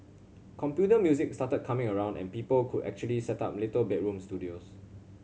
computer music started coming around and people could actually set up little bedroom studios